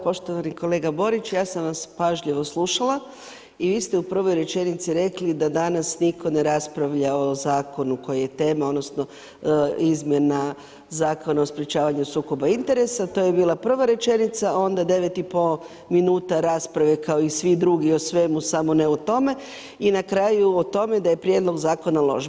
Poštovani kolega Borić, ja sam vas pažljivo slušala i vi ste u prvoj rečenici rekli, da danas nitko ne raspravlja o zakonu koji je tema, odnosno, izmjena Zakona o sprječavanju sukoba interesa, to je bila prva rečenica, onda 9,5 minuta rasprave kao i svi drugi, o svemu, samo ne o tome, i na kraju, o tome, da je prijedlog zakona loš.